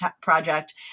project